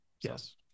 Yes